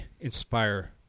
inspire